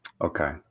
Okay